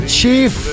chief